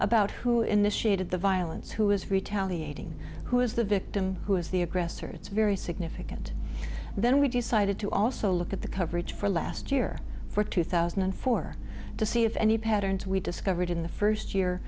about who initiated the violence who is retaliate who is the victim who is the aggressor it's very significant then we decided to also look at the coverage for last year for two thousand and four to see if any patterns we discovered in the first year